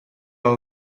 are